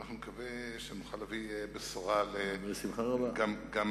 אנחנו נקווה שנוכל להביא בשורה גם לשכונת,